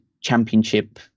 championship